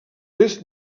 est